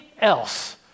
else